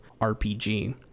RPG